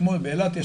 כמו באילת,